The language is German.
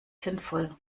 sinnvoll